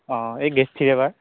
অঁ এই গ্ৰেড থ্ৰীৰ এইবাৰ